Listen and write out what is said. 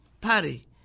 party